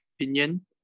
opinion